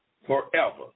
forever